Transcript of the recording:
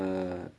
err